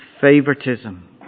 favoritism